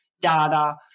data